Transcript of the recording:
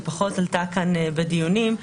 שפחות עלתה כאן בדיונים,